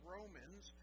Romans